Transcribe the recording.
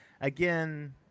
again